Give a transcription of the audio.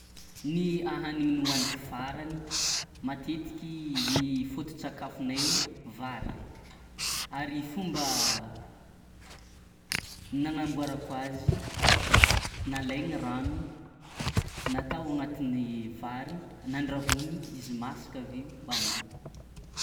Ny ahanigny nihoaniky farany matetiky ny fôto-tsakafonay o vary, ary fomba nagnamboarako azy nalaigny rano, natao agnatin'ny vary, nandrahogny izy masaka aveo hoanigny.